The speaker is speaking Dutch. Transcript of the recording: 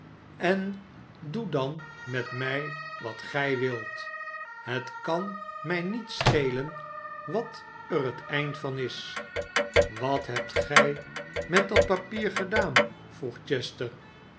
en doe dan met mij wat gij wilt het kan mij niet schelen wat er het eind van is wat hebt gij met dat papier gedaan vroeg chester